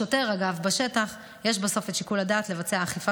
לשוטר בשטח יש בסוף את שיקול הדעת לבצע אכיפה